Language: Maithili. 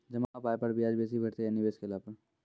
जमा पाय पर ब्याज बेसी भेटतै या निवेश केला पर?